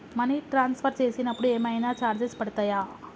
Money transfer చేసినప్పుడు ఏమైనా charges పడతయా?